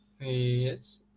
Yes